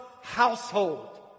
household